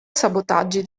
sabotaggi